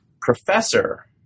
professor